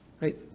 right